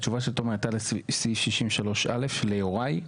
היתה לסעיף 63א של יוראי?